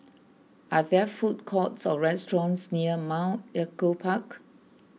are there food courts or restaurants near Mount Echo Park